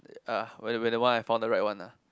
uh when~ whenever I found the right one nah